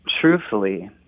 Truthfully